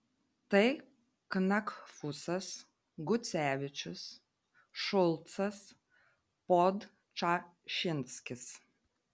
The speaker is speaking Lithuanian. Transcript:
tai knakfusas gucevičius šulcas podčašinskis